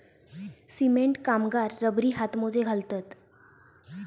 cement कामगार रबरी हातमोजे घालतत